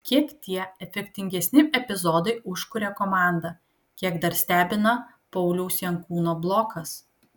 kiek tie efektingesni epizodai užkuria komandą kiek dar stebina pauliaus jankūno blokas